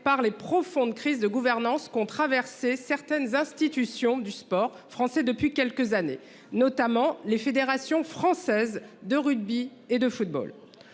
par les profonde crise de gouvernance qu'ont traversé certaines institutions du sport français depuis quelques années, notamment les Fédération française de rugby et de football.